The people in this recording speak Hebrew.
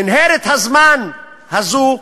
מנהרת הזמן הזו,